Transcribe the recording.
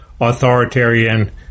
authoritarian